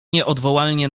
nieodwołalnie